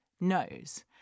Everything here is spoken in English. knows